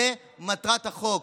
זו מטרת החוק.